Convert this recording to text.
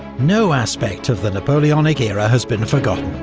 no aspect of the napoleonic era has been forgotten,